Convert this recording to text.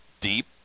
deep